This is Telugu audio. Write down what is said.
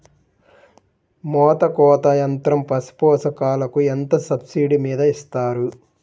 మేత కోత యంత్రం పశుపోషకాలకు ఎంత సబ్సిడీ మీద ఇస్తారు?